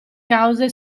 cause